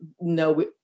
no